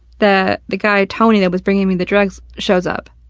the the guy, tony, that was bringing me the drugs shows up.